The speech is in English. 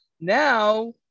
Now